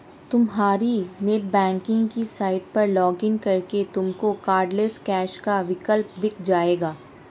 तुम्हारी नेटबैंकिंग की साइट पर लॉग इन करके तुमको कार्डलैस कैश का विकल्प दिख जाएगा